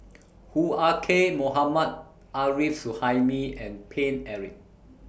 Hoo Ah Kay Mohammad Arif Suhaimi and Paine Eric